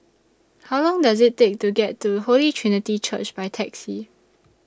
How Long Does IT Take to get to Holy Trinity Church By Taxi